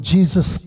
Jesus